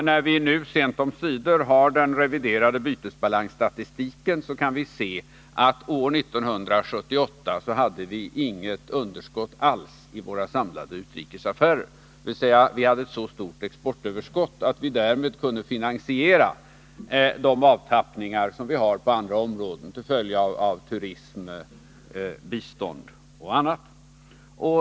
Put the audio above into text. När vi nu sent omsider har den reviderade bytesbalansstatistiken kan vi se att år 1978 hade vi inget underskott alls i våra samlade utrikesaffärer, dvs. vi hade ett så stort exportöverskott att vi därmed kunde finansiera de avtappningar vi har på andra områden till följd av turism, bistånd och annat.